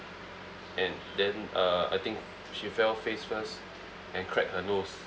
and then uh I think she fell face first and cracked her nose